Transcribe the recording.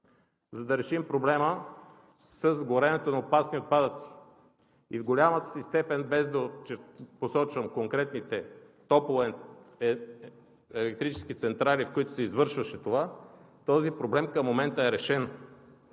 за да решим проблема с горенето на опасни отпадъци, и в голямата си степен, без да посочвам конкретните топлоелектрически централи, в които се извършваше това, този проблем към момента е решен.